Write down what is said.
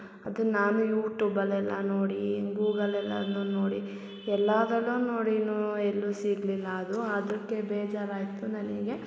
ಅದು ನಾನು ಯೂಟೂಬಲ್ಲಿ ಎಲ್ಲ ನೋಡಿ ಗೂಗಲ್ ಎಲ್ಲನು ನೋಡಿ ಎಲ್ಲಾದರಲ್ಲೂ ನೋಡಿನೂ ಎಲ್ಲೂ ಸಿಗಲಿಲ್ಲ ಅದು ಅದಕ್ಕೆ ಬೇಜಾರಾಯಿತು ನನಗೆ